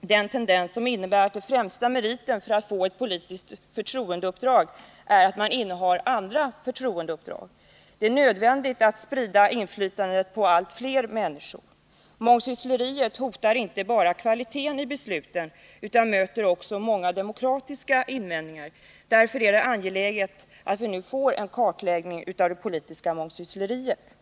den tendens som innebär att den främsta meriten för att få ett politiskt förtroendeuppdrag är att man innehar andra förtroendeuppdrag. Det är nödvändigt att sprida inflytandet på allt fler människor. Mångsyssleriet hotar inte bara kvaliteten i besluten utan möter också många demokratiska invändningar. Därför är det angeläget att vi nu får en kartläggning av det politiska mångsyssleriet.